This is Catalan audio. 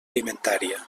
alimentària